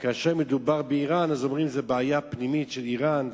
כאשר מדובר באירן אומרים שזו בעיה פנימית של אירן,